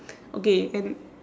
okay and